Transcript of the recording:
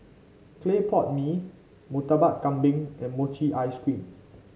Clay Pot Mee Murtabak Kambing and Mochi Ice Cream